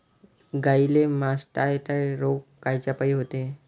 गाईले मासटायटय रोग कायच्यापाई होते?